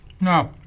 No